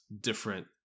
different